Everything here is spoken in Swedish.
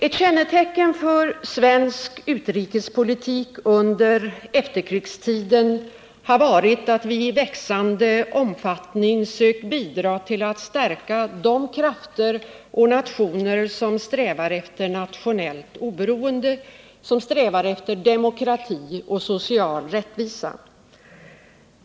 Ett kännetecken för svensk utrikespolitik under efterkrigstiden har varit att vi i växande omfattning sökt bidra till att stärka de krafter och nationer som strävar efter nationellt oberoende, demokrati och social rättvisa.